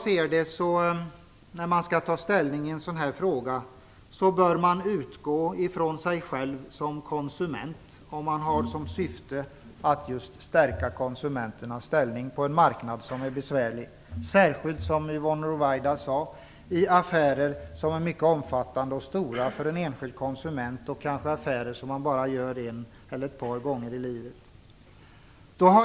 När man skall ta ställning i en sådan här fråga bör man utgå från sig själv som konsument om syftet är just att stärka konsumenternas ställning på en besvärlig marknad. Särskilt gäller det, som Yvonne Ruwaida sade, i affärer som för en enskild konsument är mycket omfattande eller affärer som man kanske bara gör en eller ett par gånger i livet.